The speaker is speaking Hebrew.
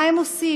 מה הם עושים?